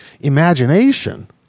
imagination